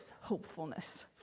hopefulness